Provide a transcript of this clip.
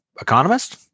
Economist